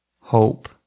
Hope